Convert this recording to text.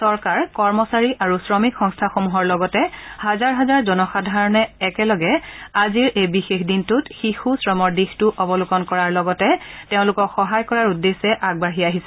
চৰকাৰ কৰ্মচাৰী আৰু শ্ৰমিক সংস্থাসমূহৰ লগতে হাজাৰ হাজাৰ জনসাধাৰণে একেলগে শিশু শ্ৰমৰ দিশটো অৱলোকন কৰাৰ লগতে তেওঁলোকক সহায় কৰাৰ উদ্দেশ্যে আগবাঢ়ি আহিছে